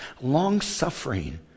long-suffering